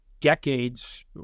decades